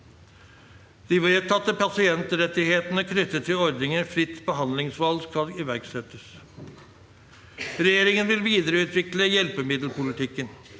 De vedtatte pasientrettighetene knyttet til ordningen fritt behandlingsvalg skal iverksettes. Regjeringen vil videreutvikle hjelpemiddelpolitikken.